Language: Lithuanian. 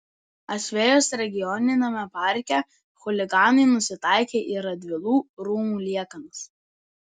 asvejos regioniniame parke chuliganai nusitaikė į radvilų rūmų liekanas